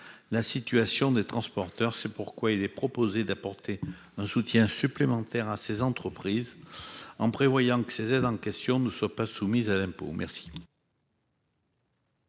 la situation des transporteurs. C'est pourquoi il est proposé d'apporter un soutien supplémentaire à ces entreprises, en prévoyant que les aides en question ne sont pas soumises à l'impôt. Quel